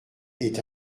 est